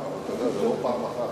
גם, אבל אתה יודע שזה לא פעם אחת.